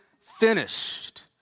finished